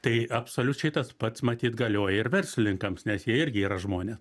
tai absoliučiai tas pats matyt galioja ir verslininkams nes jie irgi yra žmonė